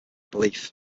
belief